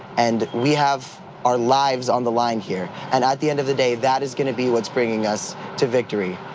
and we have our lives on the line here, and at the end of the day that is going to be what is bringing us to victory,